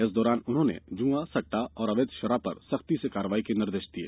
इस दौरान उन्होंने जुंआ सट्टा और अवैध शराब पर सख्ती से कार्यवाही के निर्देश दिये